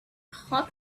hot